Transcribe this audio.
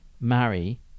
marry